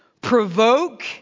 provoke